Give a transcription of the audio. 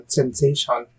sensation